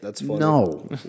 no